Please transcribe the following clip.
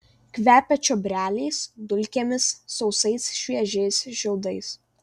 kvepia čiobreliais dulkėmis sausais šviežiais šiaudais